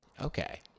Okay